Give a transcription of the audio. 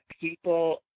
people